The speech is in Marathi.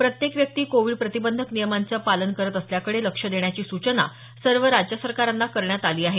प्रत्येक व्यक्ती कोविड प्रतिबंधक नियमाचं पालन करत असल्याकडे लक्ष देण्याची सूचना सर्व राज्य सरकारांना करण्यात आली आहे